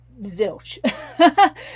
zilch